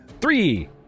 three